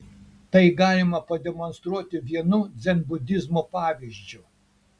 tai galima pademonstruoti vienu dzenbudizmo pavyzdžiu